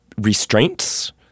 restraints